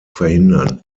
verhindern